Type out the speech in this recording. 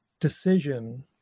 decision